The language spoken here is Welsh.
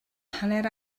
hanner